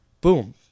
boom